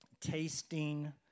tasting